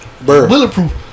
Bulletproof